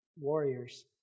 warriors